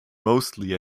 mostly